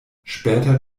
später